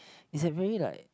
it's like very like